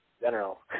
general